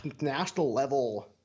national-level